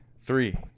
Three